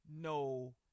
no